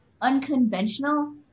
unconventional